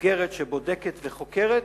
מסגרת שבודקת וחוקרת,